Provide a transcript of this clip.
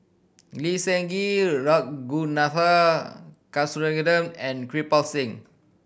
Lee Seng Gee Ragunathar Kanagasuntheram and Kirpal Singh